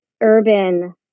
urban